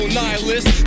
nihilist